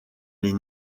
les